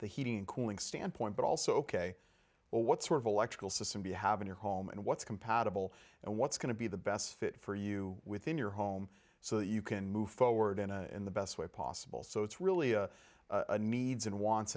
the heating and cooling standpoint but also ok well what sort of electrical system you have in your home and what's compatible and what's going to be the best fit for you within your home so that you can move forward in a in the best way possible so it's really a needs and wants